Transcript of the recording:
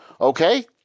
okay